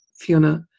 Fiona